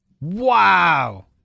Wow